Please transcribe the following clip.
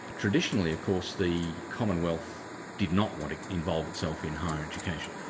traditionally of course the commonwealth did not want to involve itself in higher education.